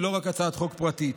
ולא רק הצעת חוק פרטית.